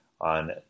on